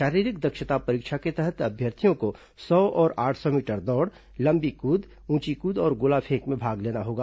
शारीरिक दक्षता परीक्षा के तहत अभ्यर्थियों को सौ और आठ सौ मीटर दौड़ लंबी कूद ऊंची कूद और गोलाफेंक में भाग लेना होगा